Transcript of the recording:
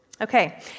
Okay